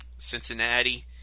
Cincinnati